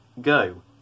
go